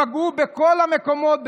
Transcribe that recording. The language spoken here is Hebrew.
והם פגעו בכל המקומות,